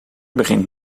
begint